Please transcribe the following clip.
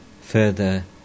Further